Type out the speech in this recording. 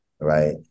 Right